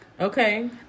okay